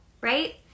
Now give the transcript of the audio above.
right